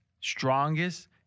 strongest